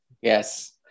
Yes